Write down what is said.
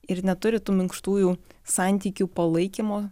ir neturi tų minkštųjų santykių palaikymo